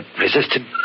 resisted